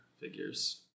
figures